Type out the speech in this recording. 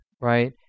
right